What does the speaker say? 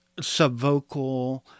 subvocal